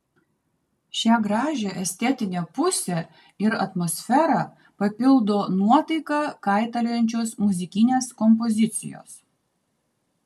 šią gražią estetinę pusę ir atmosferą papildo nuotaiką kaitaliojančios muzikinės kompozicijos